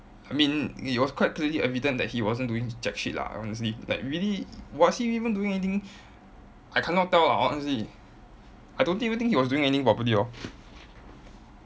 I mean it was quite clearly evident that he wasn't doing his jack shit lah honestly like maybe was he even doing anything I cannot tell ah honestly I don't think even think he was doing anything properly lor